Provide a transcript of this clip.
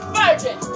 virgin